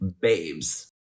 babes